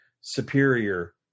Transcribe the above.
superior